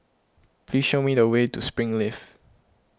please show me the way to Springleaf